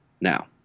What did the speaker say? Now